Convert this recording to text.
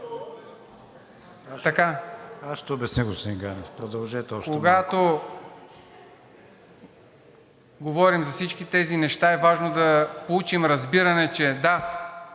Аз ще обясня, господин Ганев. Продължете още малко. ЦОНЧО ГАНЕВ: Когато говорим за всички тези неща, е важно да получим разбиране, че да,